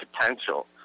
potential